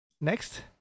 Next